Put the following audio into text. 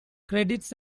credits